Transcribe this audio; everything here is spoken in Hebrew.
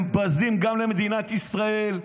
הם בזים למדינת ישראל,